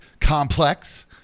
complex